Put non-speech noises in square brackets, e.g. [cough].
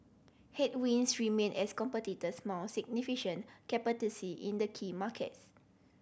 headwinds remain as competitors mount significant [unintelligible] in the key markets